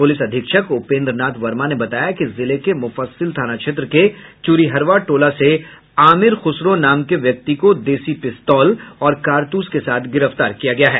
police अधीक्षक उपेन्द्र नाथ वर्मा ने बताया कि जिले के मुफस्सिल थाना क्षेत्र के चुरीहरवा टोला से आमिर खुसरो नाम के व्यक्ति को देसी पिस्तौल और कारतूस के साथ गिरफ्तार किया गया है